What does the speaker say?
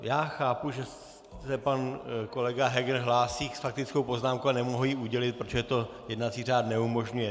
Já chápu, že se pan kolega Heger hlásí s faktickou poznámkou, a nemohu ji udělit, protože to jednací řád neumožňuje.